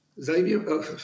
Xavier